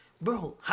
Bro